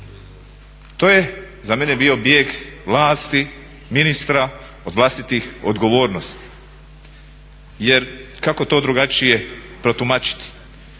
To je za mene bio bijeg vlasti, ministra od vlastitih odgovornosti, jer kako to drugačije protumačiti.